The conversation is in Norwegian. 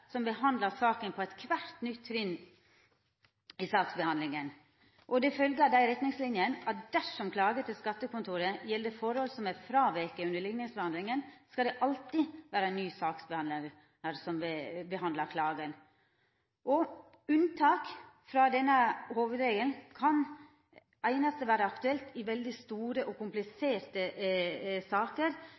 som behandlar saka for kvart nytt trinn i saksbehandlinga. Det følgjer av dei retningslinjene at dersom klager til skattekontoret gjeld forhold som er fråvikne under likningsbehandlinga, skal det alltid vera ein ny saksbehandlar som behandlar klagen. Unntak frå denne hovudregelen kan einast vera aktuelt i veldig store og kompliserte saker